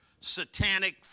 satanic